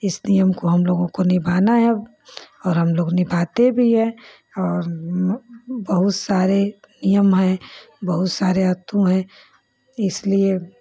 इस नियम को हम लोगों को निभाना है और हम लोग निभाते भी हैं और बहुत सारे नियम हैं बहुत सारे अतु हैं इसलिए